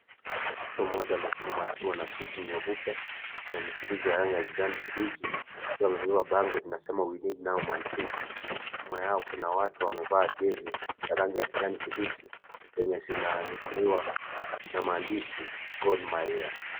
Mtu mmoja amesimama akiwa na suti nyeupe, ya mitirizo ya rangi ya kijani kimbichi, akiwa amebeba bango linasema we now need Man city , nyuma yao kuna watu ambao wamevaa jezi, ya rangi ya kijani kimbichi, zenye zinanukuliwa na maandishi Gor mahia.